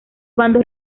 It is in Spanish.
bandos